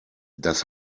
das